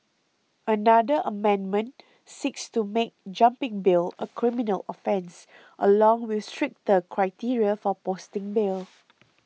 another amendment seeks to make jumping bail a criminal offence along with stricter criteria for posting bail